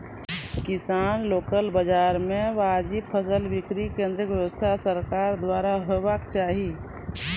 किसानक लोकल बाजार मे वाजिब फसलक बिक्री केन्द्रक व्यवस्था सरकारक द्वारा हेवाक चाही?